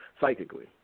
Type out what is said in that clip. psychically